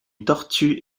tortue